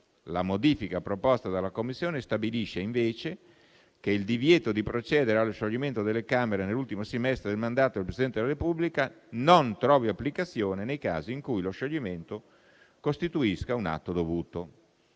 La modifica proposta dalla Commissione stabilisce invece che il divieto di procedere allo scioglimento delle Camere nell'ultimo semestre del mandato del Presidente della Repubblica non trovi applicazione nei casi in cui lo scioglimento costituisca un atto dovuto.